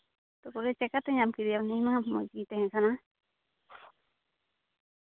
ᱛᱟᱯᱚᱨᱮ ᱪᱮᱠᱟᱛᱮ ᱧᱟᱢ ᱠᱮᱫᱮᱭᱟ ᱩᱱᱤ ᱢᱟ ᱢᱚᱡᱽᱜᱮᱭ ᱛᱟᱦᱮᱸᱠᱟᱱᱟ